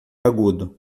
agudo